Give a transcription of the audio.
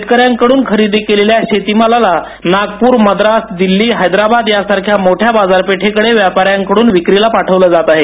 शेतकऱ्यांकडून खरेदी केलेल्या शेतीमाल नागपूर मद्रास दिल्ली हैद्राबाद यासारख्या मोठया बाजारपेठेकडे व्यापाऱ्यांकडून विक्रीला पाठवला जात आहे